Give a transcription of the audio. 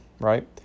right